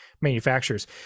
manufacturers